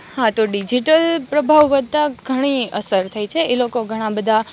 હા તો ડિજીટલ પ્રભાવ વધતાં ઘણી અસર થઈ છે ઈ લોકો ઘણાં બધાં